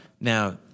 Now